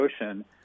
Ocean